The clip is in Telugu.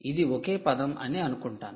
ఇది ఒకే పదం అని అనుకుంటాను